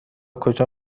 کجا